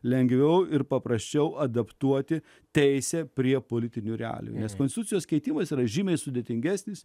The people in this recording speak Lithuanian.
lengviau ir paprasčiau adaptuoti teisę prie politinių realijų nes konstitucijos keitimas yra žymiai sudėtingesnis